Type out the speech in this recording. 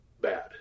bad